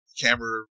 camera